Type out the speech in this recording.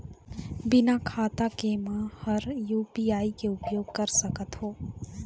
बिना खाता के म हर यू.पी.आई के उपयोग कर सकत हो?